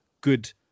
good